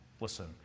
Listen